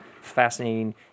fascinating